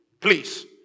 Please